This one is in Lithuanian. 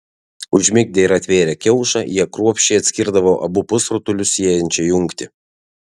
užmigdę ir atvėrę kiaušą jie kruopščiai atskirdavo abu pusrutulius siejančią jungtį